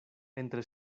entre